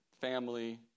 family